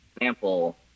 Example